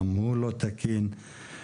גם זה לא תקין בעיני.